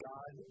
God